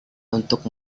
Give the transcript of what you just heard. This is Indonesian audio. untuk